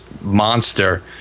monster